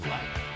Life